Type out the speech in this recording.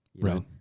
Right